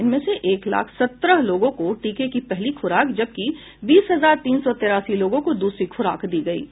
इनमें से एक लाख सत्रह लोगों को टीके की पहली खुराक जबकि बीस हजार तीन सौ तेरासी लोगों को दूसरी खुराक दी गयी है